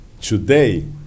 Today